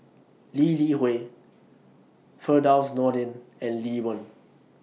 Lee Li Hui Firdaus Nordin and Lee Wen